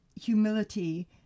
humility